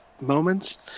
moments